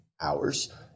hours